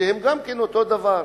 שהם באותו מצב.